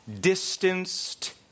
distanced